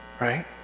right